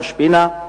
ראש-פינה.